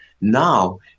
now